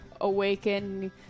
awaken